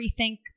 rethink